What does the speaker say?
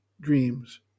dreams